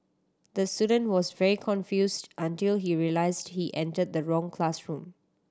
the student was very confused until he realised he entered the wrong classroom